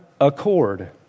accord